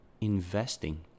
investing